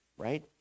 Right